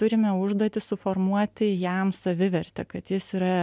turime užduotį suformuoti jam savivertę kad jis yra